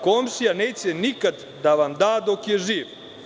Komšija neće nikad da vam da dok je živ.